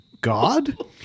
God